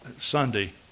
Sunday